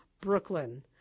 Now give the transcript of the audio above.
Brooklyn